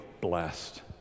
blessed